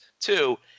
Two